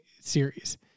series